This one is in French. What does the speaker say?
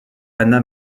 anna